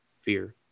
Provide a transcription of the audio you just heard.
Fear